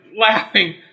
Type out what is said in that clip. laughing